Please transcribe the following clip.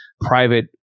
private